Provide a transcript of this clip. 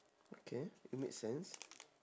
okay it make sense